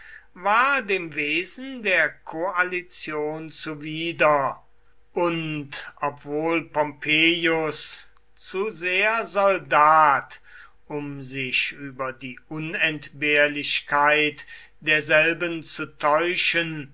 war dem wesen der koalition zuwider und obwohl pompeius zu sehr soldat um sich über die unentbehrlichkeit derselben zu täuschen